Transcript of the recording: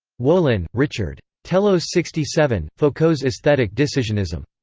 wolin, richard. telos sixty seven, foucault's aesthetic decisionism.